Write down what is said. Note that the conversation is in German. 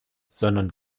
sondern